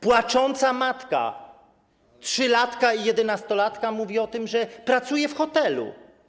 Płacząca matka trzylatka i jedenastolatka mówi o tym, że pracuje w hotelu.